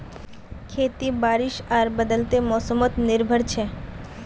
खेती बारिश आर बदलते मोसमोत निर्भर छे